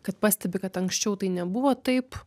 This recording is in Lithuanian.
kad pastebi kad anksčiau tai nebuvo taip